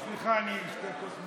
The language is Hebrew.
סליחה, אני אשתה כוס מים.